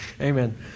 Amen